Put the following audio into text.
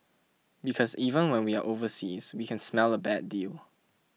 because even when we are overseas we can smell a bad deal